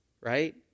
right